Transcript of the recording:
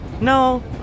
no